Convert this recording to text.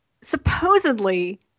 supposedly